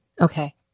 Okay